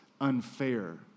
unfair